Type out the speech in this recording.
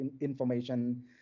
Information